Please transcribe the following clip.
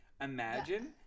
Imagine